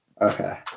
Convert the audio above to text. Okay